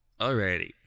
Alrighty